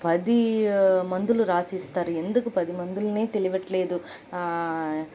పదీ మందులు రాసిస్తారు ఎందుకు పదిమందుల్నీ తెలివట్లేదు